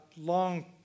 long